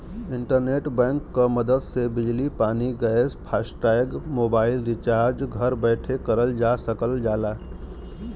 internet bank क मदद से बिजली पानी गैस फास्टैग मोबाइल रिचार्ज घर बैठे करल जा सकल जाला